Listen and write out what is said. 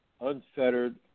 unfettered